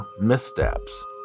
missteps